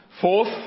Fourth